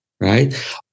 right